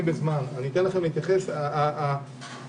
להתייחס בסוף הקריאה.